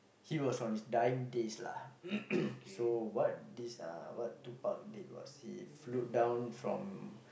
he was on his dying days lah so what this uh what Tupac did was he flew down from